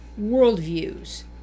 worldviews